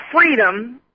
freedom